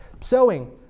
Sewing